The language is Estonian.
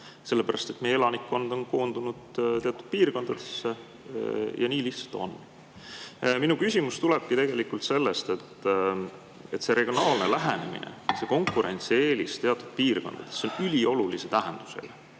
sellepärast et meie elanikkond on koondunud teatud piirkondadesse. Nii lihtsalt on. Minu küsimus tulebki sellest, et see regionaalne lähenemine ja see konkurentsieelis teatud piirkondades on üliolulise tähendusega.